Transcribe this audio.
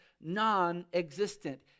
non-existent